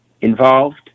involved